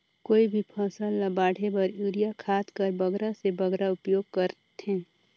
कोई भी फसल ल बाढ़े बर युरिया खाद कर बगरा से बगरा उपयोग कर थें?